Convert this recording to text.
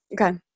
Okay